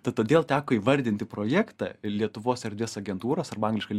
tai todėl teko įvardinti projektą lietuvos erdvės agentūras arba angliškai